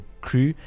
Crew